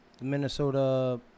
Minnesota